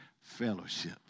fellowship